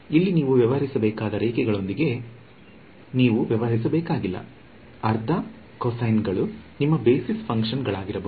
ಇಲ್ಲಿ ನೀವು ವ್ಯವಹರಿಸಬೇಕಾದ ರೇಖೆಗಳೊಂದಿಗೆ ನೀವು ವ್ಯವಹರಿಸಬೇಕಾಗಿಲ್ಲದ ಅರ್ಧ ಕೊಸೈನ್ಗಳು ನಿಮ್ಮ ಬೇಸಿಸ್ ಫಂಕ್ಷನ್ ಗಳಾಗಿರಬಹುದು